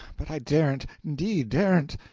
but i daren't, indeed daren't!